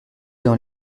dans